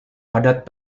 padat